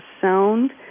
sound